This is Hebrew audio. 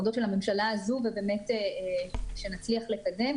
הממשלה הזו ובאמת שנצליח לקדם,